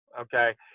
Okay